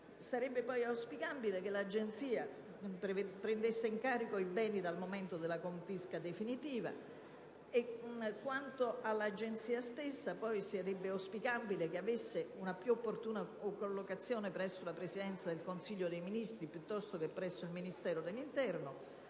Sarebbe poi auspicabile che l'Agenzia prendesse in carico i beni dal momento della confisca definitiva. Quanto all'Agenzia stessa, sarebbe auspicabile che avesse una più opportuna collocazione presso la Presidenza del Consiglio dei ministri, piuttosto che presso il Ministero dell'interno,